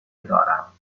دارم